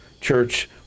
church